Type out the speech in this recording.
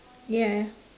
ya